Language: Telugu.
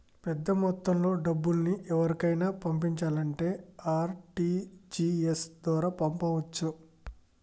పెద్దమొత్తంలో డబ్బుల్ని ఎవరికైనా పంపించాలంటే ఆర్.టి.జి.ఎస్ ద్వారా పంపొచ్చు